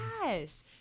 Yes